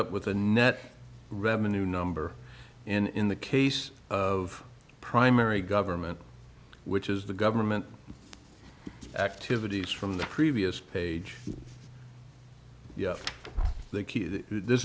up with a net revenue number in the case of primary government which is the government activities from the previous page yes the